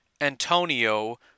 Antonio